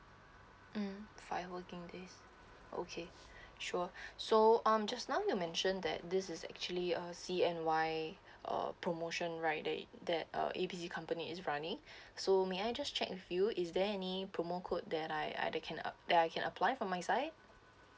mm five working days okay sure so um just now you mentioned that this is actually a C_N_Y uh promotion right that that uh A B C company is running so may I just check with you is there any promo code that I I that can uh that I can apply from my side